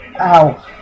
Ow